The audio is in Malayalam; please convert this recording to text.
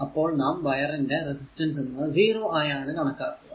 അപ്പോൾ നാം വയറിന്റെ റെസിസ്റ്റൻസ് എന്നത് 0 ആയാണ് കണക്കാക്കുക